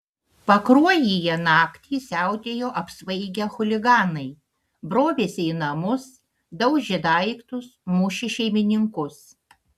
pakruojyje naktį siautėjo apsvaigę chuliganai brovėsi į namus daužė daiktus mušė šeimininkus